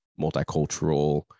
multicultural